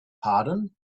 pardon